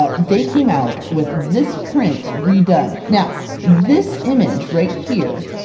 ah they came out with this print redone. now this image right here,